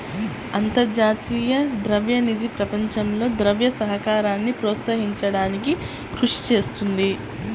అంతర్జాతీయ ద్రవ్య నిధి ప్రపంచంలో ద్రవ్య సహకారాన్ని ప్రోత్సహించడానికి కృషి చేస్తుంది